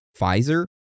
Pfizer